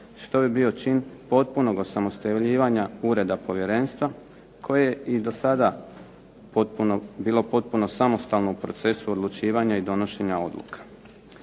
što bi bio čin potpunog osamostaljivanja ureda povjerenstva, koje je i do sada bilo potpuno samostalno u procesu odlučivanja i donošenja odluka.